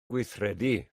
gweithredu